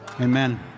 Amen